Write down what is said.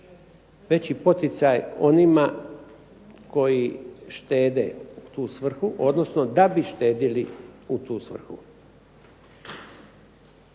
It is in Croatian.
veći poticaj onima koji štede u tu svrhu, odnosno da bi štedjeli u tu svrhu.